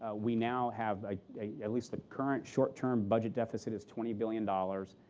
ah we now have at least the current short-term budget deficit is twenty billion dollars.